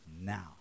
now